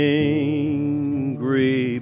angry